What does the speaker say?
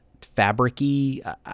fabric-y